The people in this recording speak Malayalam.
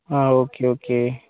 ആ ഓക്കെ ഓക്കെ